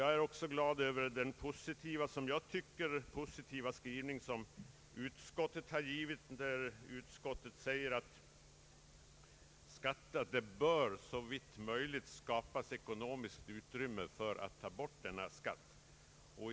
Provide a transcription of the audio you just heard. Jag är också glad över utskottets enligt min mening positiva skrivning, när utskottet framhåller att man såvitt möjligt bör skapa ekonomiskt utrymme för att ta bort denna punktskatt.